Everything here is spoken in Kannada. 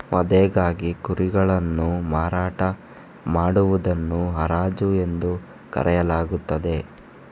ವಧೆಗಾಗಿ ಕುರಿಗಳನ್ನು ಮಾರಾಟ ಮಾಡುವುದನ್ನು ಹರಾಜು ಎಂದು ಕರೆಯಲಾಗುತ್ತದೆ